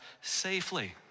safely